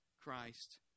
Christ